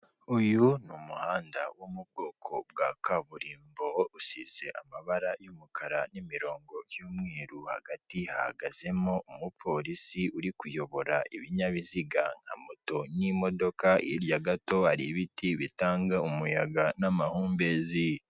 Uyu ni umuhanda wo mu bwoko bwa kaburimbo, usize amabara y'umukara n'imirongo y'umweru, hagati hahagazemo umupolisi uri kuyobora ibinyabiziga nka moto n'imodoka, hirya gato hari ibiti bitanga umuyaga n'amahumbezi.